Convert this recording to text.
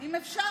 אם אפשר,